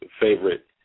favorite